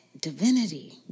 divinity